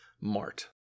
Mart